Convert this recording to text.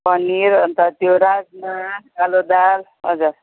पनिर अन्त त्यो राजमा कालो दाल हजुर